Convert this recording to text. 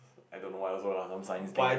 I don't know why also lah some science thing